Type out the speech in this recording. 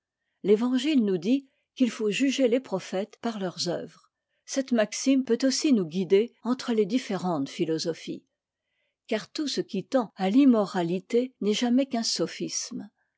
l'évangile nous dit qu'il faut juger les prophètes par leurs oeuvres cette maxime peut aussi nous guider entre les différentes philosophies car tout ce qui tend à l'immoralité n'est jamais qu'un sophisme